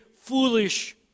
foolish